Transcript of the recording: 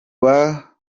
bakundaga